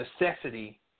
necessity